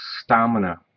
stamina